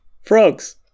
Frogs